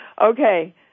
Okay